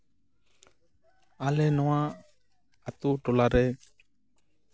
ᱟᱞᱮ ᱱᱚᱣᱟ ᱟᱹᱛᱩ ᱴᱚᱞᱟ ᱨᱮ